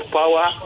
power